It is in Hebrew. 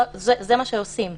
זה מה שעושים.